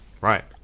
Right